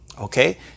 okay